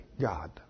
God